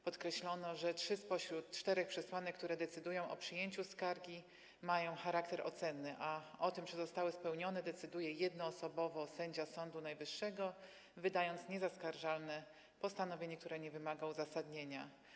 Podkreślono, że trzy spośród czterech przesłanek, które decydują o przyjęciu skargi, mają charakter ocenny, a o tym, czy zostały spełnione, decyduje jednoosobowo sędzia Sądu Najwyższego, wydając niezaskarżalne postanowienie, które nie wymaga uzasadnienia.